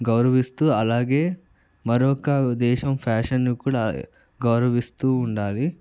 గౌరవిస్తూ అలాగే మరొక దేశం ఫ్యాషన్ని కూడా గౌరవిస్తూ ఉండాలి